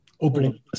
opening